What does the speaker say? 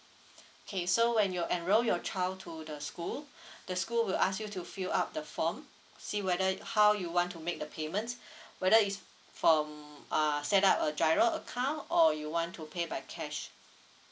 okay so when you enroll your child to the school the school will ask you to fill up the form see whether how you want to make the payments whether it's from err set up a giro account or you want to pay by cash